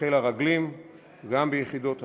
חיל הרגלים וגם ביחידות השריון,